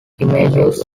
images